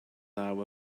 naw